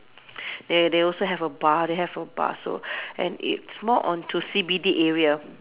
they they also have a bar they have a bar so and it's more onto C_B_D area